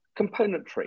Componentry